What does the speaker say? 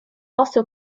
also